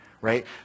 Right